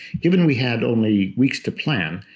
given we had only weeks to plan,